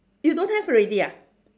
you don't have already ah